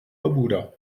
barbuda